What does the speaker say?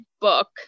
book